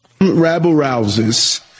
Rabble-rousers